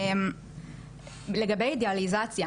לגבי אידיאליזציה,